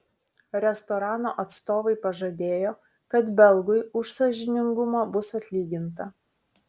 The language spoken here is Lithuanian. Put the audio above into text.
restorano atstovai pažadėjo kad belgui už sąžiningumą bus atlyginta